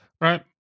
Right